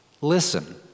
Listen